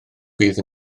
bydd